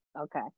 Okay